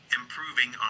improving